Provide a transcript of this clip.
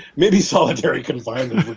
maybe solitary confinement